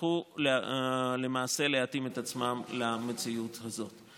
יצטרכו למעשה להתאים את עצמם למציאות הזאת.